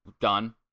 done